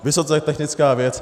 Vysoce technická věc.